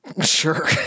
Sure